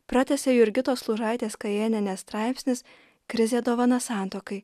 pratęsia jurgitos lūžaitės kajėnienės straipsnis krizė dovana santuokai